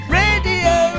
radio